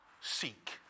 seek